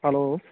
hello